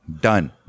Done